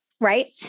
right